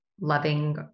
loving